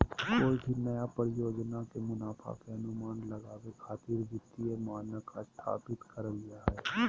कोय भी नया परियोजना के मुनाफा के अनुमान लगावे खातिर वित्तीय मानक स्थापित करल जा हय